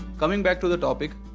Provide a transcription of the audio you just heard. coming back to the topic.